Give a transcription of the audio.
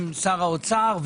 שר האוצר,